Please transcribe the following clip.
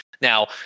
Now